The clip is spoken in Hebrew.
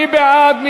מי בעד?